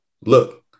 look